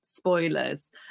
spoilers